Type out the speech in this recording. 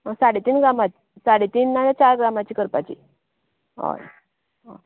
साडे तीन ग्रामाचें साडेतीन नाल्यार चार ग्रामाचें करपाची हय